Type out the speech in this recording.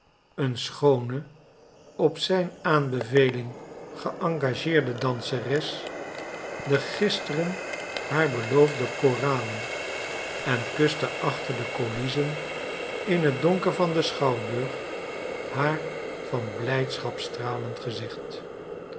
een schoone op zijn aanbeveling geëngageerde danseres de gisteren haar beloofde koralen en kuste achter de coulissen in het donker van den schouwburg haar van blijdschap stralend gezicht